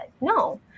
no